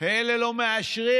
ואלה לא מאשרים